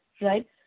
right